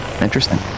interesting